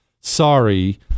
sorry